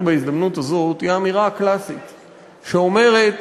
בהזדמנות הזאת היא האמירה הקלאסית שאומרת: